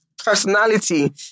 personality